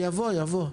יבוא ,יבוא.